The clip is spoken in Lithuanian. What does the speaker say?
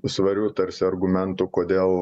svariu tarsi argumentu kodėl